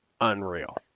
unreal